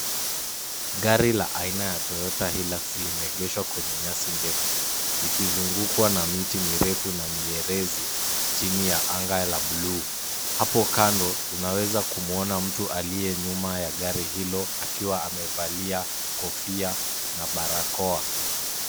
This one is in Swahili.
Gari la aina ya Toyota Hilux limeegeshwa kwenye nyasi ndefu likizungukwa na miti mirefu na mierezi chini ya anga la blue . Hapo kando unaweza kumuona mtu aliye nyuma ya gari hilo akiwa amevalia kofia na barakoa.